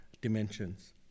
dimensions